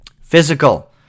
physical